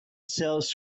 sells